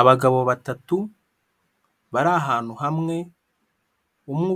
Abagabo batatu bari ahantu hamwe, umwe